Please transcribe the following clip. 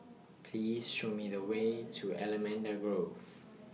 Please Show Me The Way to Allamanda Grove